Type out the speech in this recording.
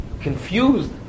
confused